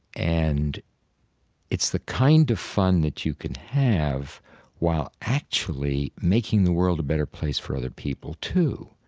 and it's the kind of fun that you can have while actually making the world a better place for other people, too.